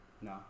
No